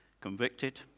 convicted